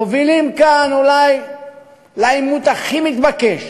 מובילים כאן אולי לעימות הכי מתבקש